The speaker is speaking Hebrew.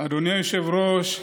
אדוני היושב-ראש,